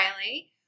Riley